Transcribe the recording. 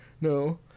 No